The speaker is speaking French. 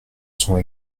sont